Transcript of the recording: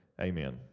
Amen